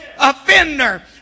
offender